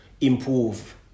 improve